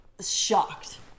shocked